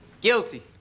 guilty